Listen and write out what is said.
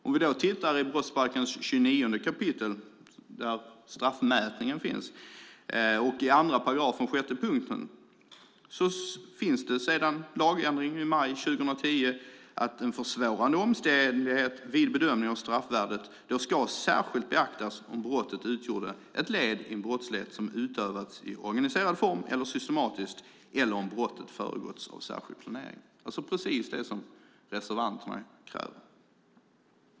Om vi tittar på det som gäller straffmätning i brottsbalkens 29 kap. 2 § 6 kan vi se att där sedan lagändringen i maj 2010 sägs att som försvårande omständighet vid bedömningen av straffvärdet ska särskilt beaktas om brottet utgjort ett led i en brottslighet som utövats i organiserad form eller systematiskt eller om brottet föregåtts av särskild planering, alltså precis det som reservanterna kräver.